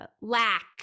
lack